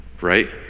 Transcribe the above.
Right